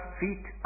feet